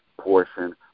portion